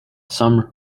some